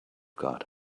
got